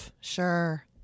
Sure